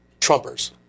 Trumpers